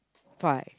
five